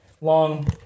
long